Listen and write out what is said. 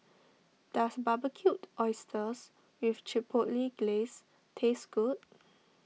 does Barbecued Oysters with Chipotle Glaze taste good